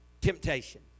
temptation